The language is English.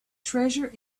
treasure